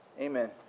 Amen